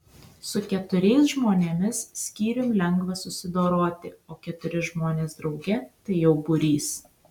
su keturiais žmonėmis skyrium lengva susidoroti o keturi žmonės drauge tai jau būrys